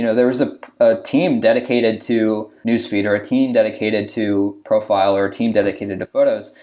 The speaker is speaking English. you know there's ah a team dedicated to news feed or a team dedicated to profile or a team dedicated to photos.